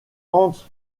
hans